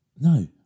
No